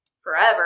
forever